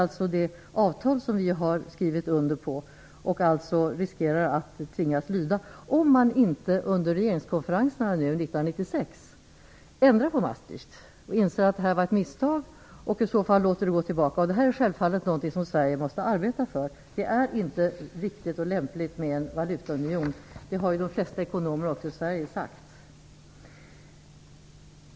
Detta är det avtal som vi har skrivit under och riskerar att tvingas lyda - om man inte under regeringskonferenserna 1996 ändrar på Maastrichtfördraget. Om man då inser att det är ett misstag kan man låta den biten återgå. Det här är självfallet något som Sverige måste arbeta för. Det är inte riktigt och lämpligt med en valutaunion. Det har de flesta ekonomer i Sverige också sagt.